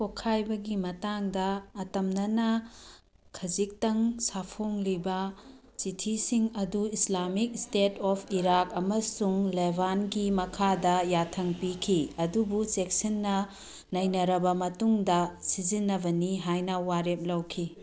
ꯄꯣꯈꯥꯏꯕꯒꯤ ꯃꯇꯥꯡꯗ ꯑꯇꯝꯅꯅ ꯈꯖꯤꯛꯇꯪ ꯁꯥꯐꯣꯡꯂꯤꯕ ꯆꯤꯊꯤꯁꯤꯡ ꯑꯗꯨ ꯏꯁꯂꯥꯃꯤꯛ ꯏꯁꯇꯦꯠ ꯑꯣꯐ ꯏꯔꯥꯛ ꯑꯃꯁꯨꯡ ꯂꯦꯕꯥꯟꯀꯤ ꯃꯈꯥꯗ ꯌꯥꯊꯪ ꯄꯤꯈꯤ ꯑꯗꯨꯕꯨ ꯆꯦꯛꯁꯤꯟꯅ ꯅꯩꯅꯔꯕ ꯃꯇꯨꯡꯗ ꯁꯤꯖꯤꯟꯅꯕꯅꯤ ꯍꯥꯏꯅ ꯋꯥꯔꯦꯞ ꯂꯧꯈꯤ